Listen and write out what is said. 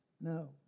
No